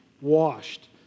washed